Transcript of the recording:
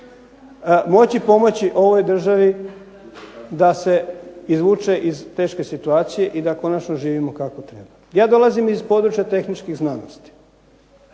moći pomoći ovoj državi da se izvuče iz teške situacije i da konačno živimo kako treba. Ja dolazim iz područja tehničkih znanosti,